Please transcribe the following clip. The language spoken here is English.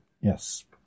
yes